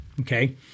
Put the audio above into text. Okay